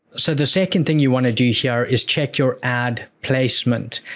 so, the second thing you want to do here is check your ad placement,